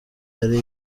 yari